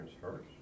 first